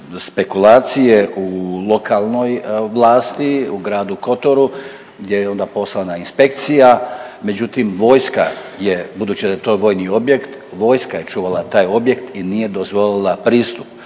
spekulacije u lokalnoj vlasti, u gradu Kotoru gdje je onda poslana inspekcija. Međutim, vojska je, budući da je to vojni objekt vojska je čuvala taj objekt i nije dozvolila pristup